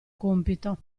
compito